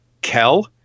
Kel